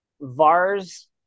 VAR's